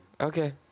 Okay